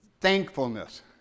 thankfulness